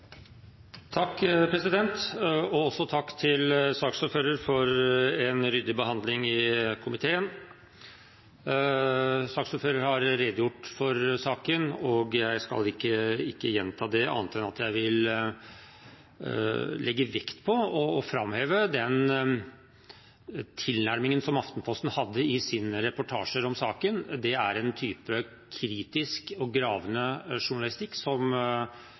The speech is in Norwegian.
Takk til saksordføreren for en ryddig behandling i komiteen. Saksordføreren har redegjort for saken, og jeg skal ikke gjenta det, annet enn at jeg vil legge vekt på og framheve den tilnærmingen som Aftenposten hadde i sine reportasjer om saken. Det er en type kritisk og gravende journalistikk som